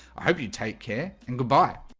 i hope you take care and good. but